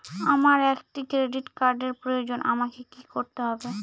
আমার একটি ক্রেডিট কার্ডের প্রয়োজন আমাকে কি করতে হবে?